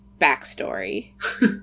backstory